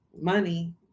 money